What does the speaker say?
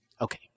Okay